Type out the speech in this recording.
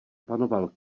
panoval